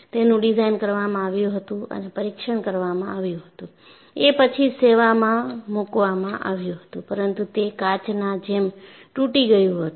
તેનું ડિઝાઇન કરવામાં આવ્યું હતું અને પરીક્ષણ કરવામાં આવ્યું હતું એ પછી જ સેવામાં મૂકવામાં આવ્યું હતું પરંતુ તે કાચના જેમ તૂટી ગયું હતું